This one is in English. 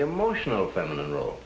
emotional feminine role